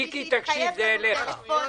נציג רשות המיסים התחייב לזה טלפונית,